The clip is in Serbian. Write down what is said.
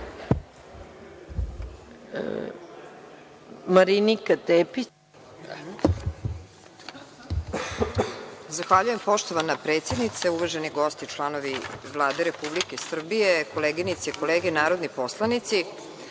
Zahvaljujem poštovana predsednice. Uvaženi gosti, članovi Vlade Republike Srbije, kolege narodni poslanici,